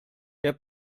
der